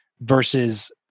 versus